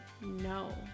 no